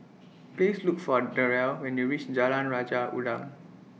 Please Look For Derrell when YOU REACH Jalan Raja Udang